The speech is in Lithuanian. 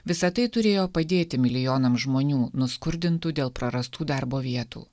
visa tai turėjo padėti milijonams žmonių nuskurdintų dėl prarastų darbo vietų